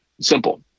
simple